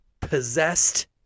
possessed